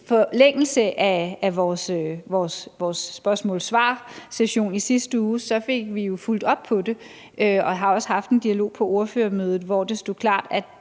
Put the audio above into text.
I forlængelse af vores spørgsmål-svar-session i sidste uge fik vi jo fulgt op på det, og vi har også haft en dialog på ordførermødet, hvor det stod klart,